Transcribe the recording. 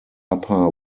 upper